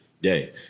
day